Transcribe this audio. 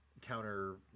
counter